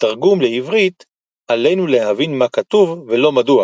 בתרגום לעברית "עלינו להבין מה כתוב, ולא מדוע".